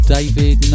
David